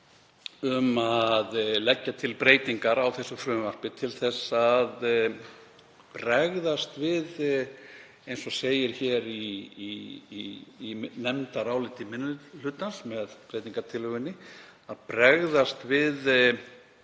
um að leggja til breytingar á þessu frumvarpi til þess, eins og segir í nefndaráliti minni hlutans með breytingartillögunni, að bregðast við